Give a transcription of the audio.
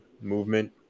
movement